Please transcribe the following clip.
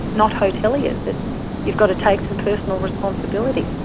not hoteliers. you've got to take some personal responsibility.